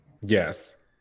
yes